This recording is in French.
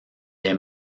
est